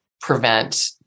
prevent